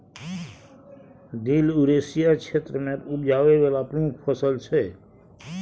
दिल युरेसिया क्षेत्र मे उपजाबै बला प्रमुख फसल छै